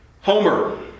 Homer